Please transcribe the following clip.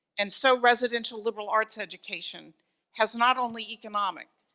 and so residential liberal arts education has not only economic,